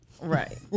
Right